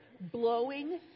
blowing